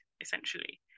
essentially